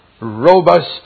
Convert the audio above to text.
robust